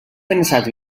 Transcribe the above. pensat